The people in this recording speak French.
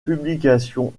publications